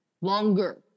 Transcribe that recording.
Longer